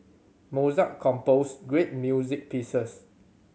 Mozart composed great music pieces